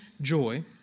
joy